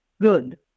good